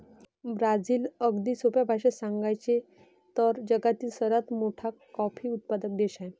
Brazil, अगदी सोप्या भाषेत सांगायचे तर, जगातील सर्वात मोठा कॉफी उत्पादक देश आहे